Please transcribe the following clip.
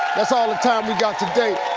that's all the time we got today.